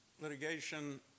litigation